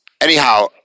anyhow